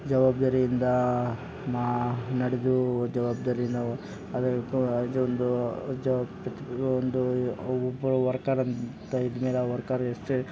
ಜವಾಬ್ದಾರಿಯಿಂದ ನಡೆದು ಜವಾಬ್ದಾರಿಯಿಂದ ಅದರ ಹತ್ತಿರ ಯಾವುದೇ ಒಂದು ಜವಾಬ್ ಒಂದು ಒಬ್ಬ ವರ್ಕರ್ ಅಂತ ಇದ್ದಮೇಲೆ ಆ ವರ್ಕರ್ ಎಷ್ಟು